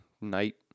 night